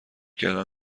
کردن